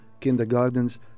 kindergartens